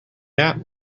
nap